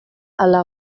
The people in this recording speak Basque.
ala